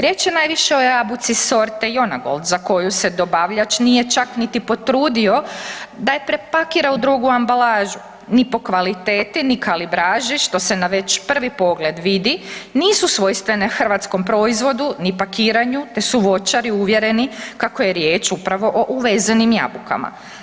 Riječ je najviše o jabuci sorte Jonagold za koju se dobavljač nije čak niti potrudio da je prepakira u drugu ambalažu, ni po kvaliteti, ni kalibraži što se već na prvi pogled vidi nisu svojstvene hrvatskom proizvodu ni pakiranju te su voćari uvjereni kako je riječ upravo u uvezenim jabukama.